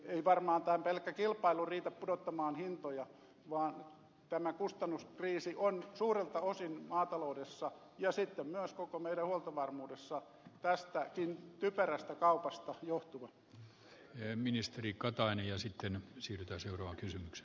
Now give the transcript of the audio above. ei varmaan pelkkä kilpailu riitä pudottamaan hintoja vaan tämä kustannuskriisi on suurelta osin maataloudessa ja sitten myös koko meidän huoltovarmuudessamme tästäkin typerästä kaupasta johtuvaa työministeri katainen ja sitten siitä seuraa johtuva